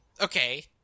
Okay